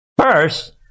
First